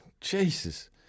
Jesus